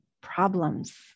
problems